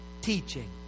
Teaching